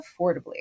affordably